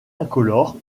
incolore